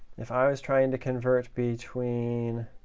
if i was trying to convert between